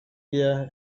gear